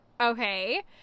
Okay